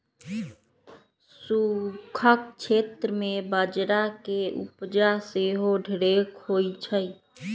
सूखक क्षेत्र में बजरा के उपजा सेहो ढेरेक होइ छइ